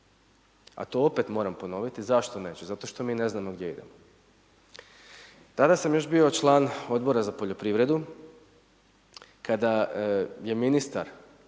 A to opet moram ponoviti. Zašto neće? Zato što mi ne znam gdje ide. Tada sam još bio član Odbora za poljoprivredu kada je ministar